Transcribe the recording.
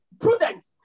prudent